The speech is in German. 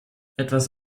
etwas